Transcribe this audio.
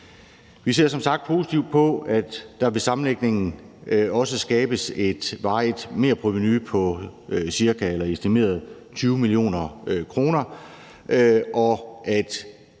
Vi ser som sagt positivt på, at der ved sammenlægningen også skabes et varigt merprovenu, der er estimeret